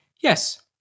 Yes